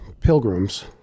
pilgrims